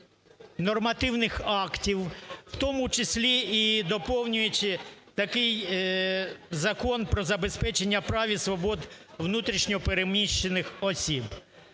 нормативних актів, в тому числі і доповнюючи такий Закон про забезпечення прав і свобод внутрішньо переміщених осіб.